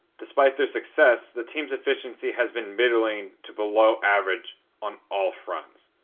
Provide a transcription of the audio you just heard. despite their success, the team's efficiency has been middling to below average on all fronts.